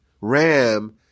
ram